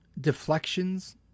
deflections